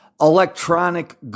electronic